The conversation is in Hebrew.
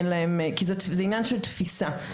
כי זה עניין של תפיסה.